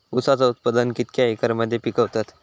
ऊसाचा उत्पादन कितक्या एकर मध्ये पिकवतत?